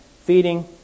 feeding